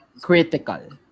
critical